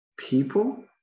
People